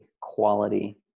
quality